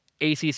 ACC